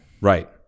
Right